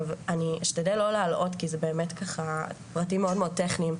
אני אשתדל לא להלאות כי זה באמת ככה פרטים מאוד מאוד טכניים,